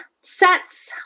sets